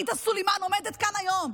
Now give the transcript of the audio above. עאידה סלימאן עומדת כאן היום,